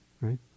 right